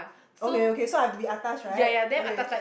okay okay so I have to be atas right okay